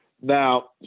now